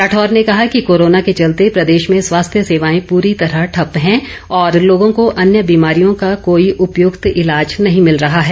राठौर ने कहा कि कोरोना के चलते प्रदेश में स्वास्थ्य सेवाएं पूरी तरह ठप हैं और लोगों को अन्य बीमारियों का कोई उपयुक्त ईलाज नहीं मिल रहा है